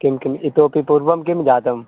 किं किम् इतोपि पूर्वं किं जातं